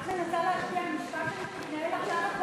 את מנסה להשפיע על משפט שמתנהל עכשיו?